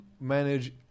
manage